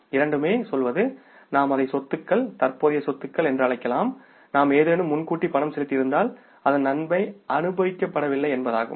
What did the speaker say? இரண்டுமே சொல்வது நாம் அதை சொத்துக்கள் தற்போதைய சொத்துகள் என்று அழைக்கலாம் நாம் ஏதேனும் முன்கூட்டியே பணம் செலுத்தியிருந்தால் அதன் நன்மை அனுபவிக்கப்படவில்லை என்பதாகும்